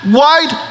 white